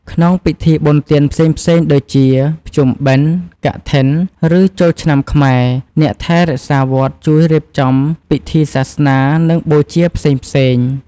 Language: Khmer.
ក្នុងពិធីបុណ្យទានផ្សេងៗដូចជា ភ្ជុំបិណ្ឌ កឋិន ឬចូលឆ្នាំខ្មែរ អ្នកថែរក្សាវត្តជួយរៀបចំពិធីសាសនា និងបូជា ផ្សេងៗ។